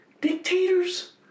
Dictators